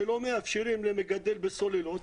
שלא מאפשרים למגדל בסוללות.